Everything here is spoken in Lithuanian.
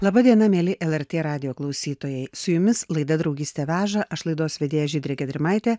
laba diena mieli lrt radijo klausytojai su jumis laida draugystė veža aš laidos vedėja žydrė gedrimaitė